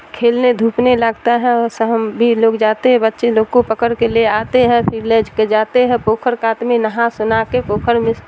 کھیلنے دھوپنے لگتا ہے اور س ہم بھی لوگ جاتے ہیں بچے لوگ کو پکڑ کے لے آتے ہیں پھر لنچ پہ جاتے ہیں پوکھر کات میں نہا سنا کے پوکھر میں